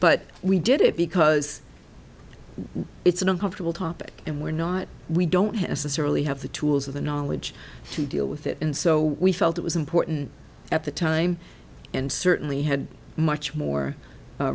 but we did it because it's an uncomfortable topic and we're not we don't necessarily have the tools of the knowledge to deal with it and so we felt it was important at the time and certainly had much more